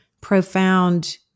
profound